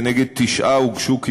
כנגד תשעה הוגשו כתבי-אישום.